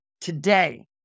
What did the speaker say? today